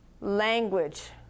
Language